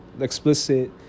explicit